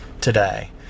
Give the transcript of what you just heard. today